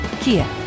Kia